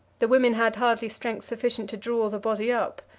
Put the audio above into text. the women had hardly strength sufficient to draw the body up.